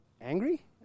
angry